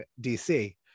DC